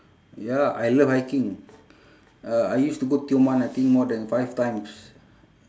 ya I love hiking uh I used to go tioman I think more than five times